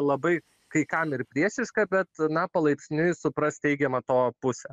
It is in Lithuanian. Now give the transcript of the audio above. labai kai kam ir priešiška bet na palaipsniui supras teigiamą to pusę